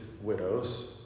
widows